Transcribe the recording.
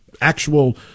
actual